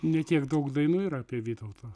ne tiek daug dainų yra apie vytautą